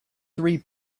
three